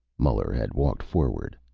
muller had walked forward.